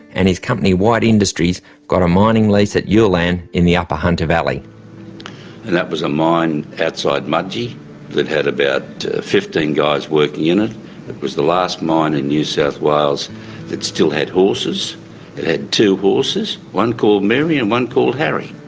and his company white industries got a mining lease at ulan in the upper hunter valley. and that was a mine outside mudgee that had about fifteen guys working in it, it was the last mine in new south wales that still had horses, it had two horses, one called mary and one called harry.